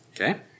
Okay